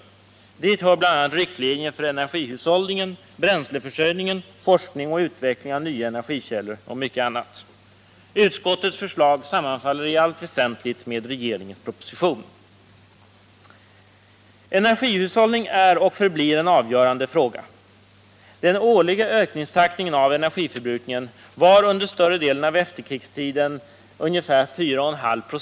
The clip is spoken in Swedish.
Dit hör riktlinjer för energihushållning, bränsleförsörjning, forskning, utveckling av nya energikällor och mycket annat. Utskottets förslag sammanfaller i allt väsentligt med regeringens proposition. Energihushållning är och förblir en avgörande fråga. Den årliga ökningstakten för energiförbrukningen var under större delen av efterkrigstiden ungefär 4,5 96.